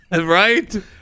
Right